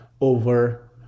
over